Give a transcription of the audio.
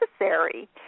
necessary